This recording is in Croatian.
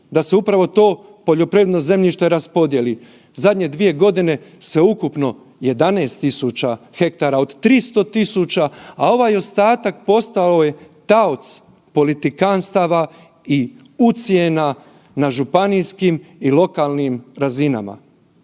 da se upravo to poljoprivredno zemljište raspodijeli. Zadnje dvije godine sveukupno 11.000 hektara od 300.000, a ovaj ostatak postao je taoc politikantstava i ucjena na županijskim i lokalnim razinama.